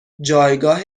جایگاه